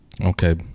Okay